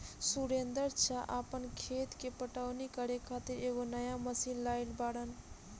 सुरेंदर चा आपन खेत के पटवनी करे खातिर एगो नया मशीन लाइल बाड़न